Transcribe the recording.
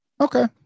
Okay